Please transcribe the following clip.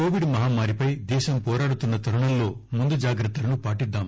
Covid మహమ్మారిపై దేశం పోరాడుతున్న తరుణంలో ముందు జాగ్రత్తలను పాటిద్దాం